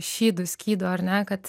šydu skydu ar ne kad